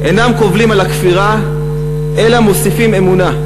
אינם קובלים על הכפירה, אלא מוסיפים אמונה,